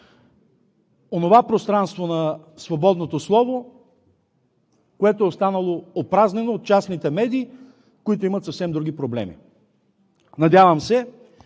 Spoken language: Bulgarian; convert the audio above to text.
онова пространство на свободното слово, което е останало опразнено от частните медии, които имат съвсем други проблеми. Надявам се